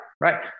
right